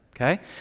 okay